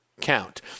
count